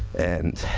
and